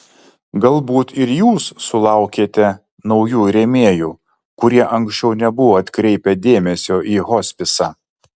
galbūt ir jūs sulaukėte naujų rėmėjų kurie anksčiau nebuvo atkreipę dėmesio į hospisą